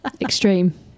extreme